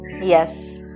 Yes